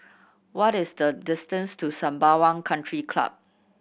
what is the distance to Sembawang Country Club